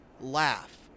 laugh